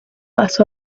let